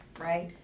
right